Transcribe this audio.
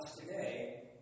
today